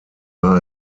war